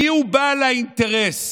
מיהו בעל האינטרס